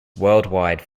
worldwide